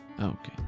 Okay